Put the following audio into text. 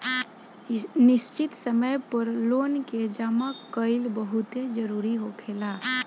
निश्चित समय पर लोन के जामा कईल बहुते जरूरी होखेला